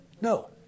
No